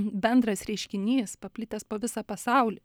bendras reiškinys paplitęs po visą pasaulį